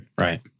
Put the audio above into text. Right